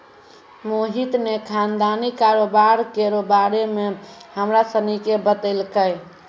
मोहित ने खानदानी कारोबार केरो बारे मे हमरा सनी के बतैलकै